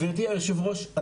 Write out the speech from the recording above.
גברתי היושבת ראש,